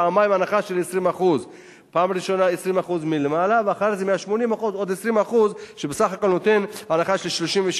פעמיים הנחה של 20% פעם ראשונה 20% מלמעלה ואחרי זה מ-80% עוד 20%,